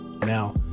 Now